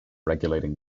regulating